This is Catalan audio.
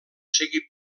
sigui